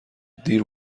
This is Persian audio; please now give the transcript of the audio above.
دیر